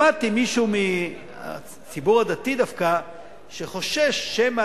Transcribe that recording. שמעתי מישהו מהציבור הדתי דווקא שחושש שמא